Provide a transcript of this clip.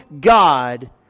God